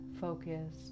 focus